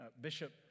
Bishop